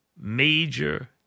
major